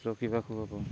ରଖିବାକୁ ହବ